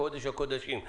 קודש הקודשים.